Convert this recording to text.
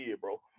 bro